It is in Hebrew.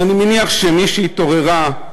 ואני מניח שמי שהתעוררה,